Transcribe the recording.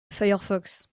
firefox